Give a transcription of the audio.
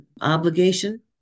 obligation